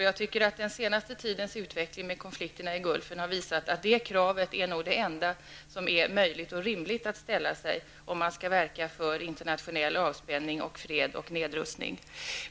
Jag tycker att den senaste tidens utveckling med konflikten i Gulfen har visat att det kravet nog är det enda möjliga och rimliga att ställa sig, om man skall verka för internationell avspänning, fred och nedrustning.